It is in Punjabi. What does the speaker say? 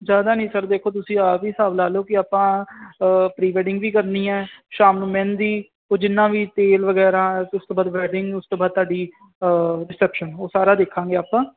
ਜ਼ਿਆਦਾ ਨਹੀਂ ਸਰ ਦੇਖੋ ਤੁਸੀਂ ਆਪ ਹੀ ਹਿਸਾਬ ਲਾ ਲਓ ਕਿ ਆਪਾਂ ਪ੍ਰੀ ਵੈਡਿੰਗ ਵੀ ਕਰਨੀ ਹੈ ਸ਼ਾਮ ਨੂੰ ਮਹਿੰਦੀ ਉਹ ਜਿੰਨਾ ਵੀ ਤੇਲ ਵਗੈਰਾ ਇਸ ਤੋਂ ਬਾਅਦ ਵੈਡਿੰਗ ਉਸ ਤੋਂ ਬਾਅਦ ਤੁਹਾਡੀ ਰਿਸੈਪਸ਼ਨ ਉਹ ਸਾਰਾ ਦੇਖਾਂਗੇ ਆਪਾਂ